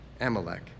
Amalek